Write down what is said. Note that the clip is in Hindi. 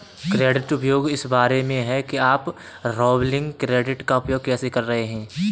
क्रेडिट उपयोग इस बारे में है कि आप रिवॉल्विंग क्रेडिट का उपयोग कैसे कर रहे हैं